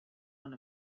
one